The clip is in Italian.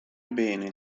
bene